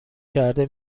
کرده